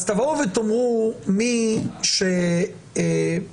אז תבואו ותאמרו שמי שהחלים,